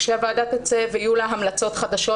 כשהוועדה תצא ויהיו לה המלצות חדשות,